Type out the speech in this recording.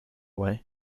way